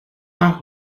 are